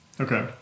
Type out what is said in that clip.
Okay